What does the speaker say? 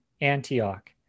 Antioch